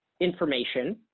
information